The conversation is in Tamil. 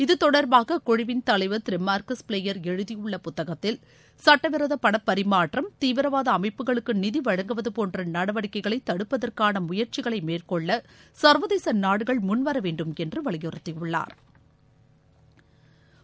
இது தொடர்பாக அக்குழுவின் தலைவர் திரு மார்கஸ் ப்ளேயர் எழுதியுள்ள புத்தகத்தில் சட்டவிரோத பண பரிமாற்றம் தீவிரவாத அமைப்புகளுக்கு நிதி வழங்குவது போன்ற நடவடிக்கைகளை தடுப்பதற்கான முயற்சிகளை மேற்கொள்ள சா்வதேச நாடுகள் முன்வர வேண்டும் என்று வலியுறுத்தியுள்ளாா்